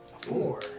Four